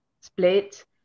split